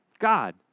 God